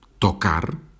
Tocar